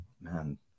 man